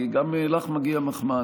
כי גם לך מגיעה מחמאה.